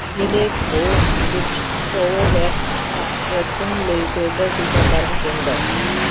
ਜ਼ਿਲ੍ਹੇ ਬੋਧ ਵਿੱਚ ਕੋਵੋਵੈਕਸ ਵੈਕਸੀਨ ਲਈ ਫਿਲਟਰ ਟੀਕਾਕਰਨ ਕੇਂਦਰ